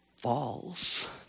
falls